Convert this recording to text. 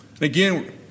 Again